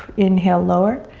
inhale lower,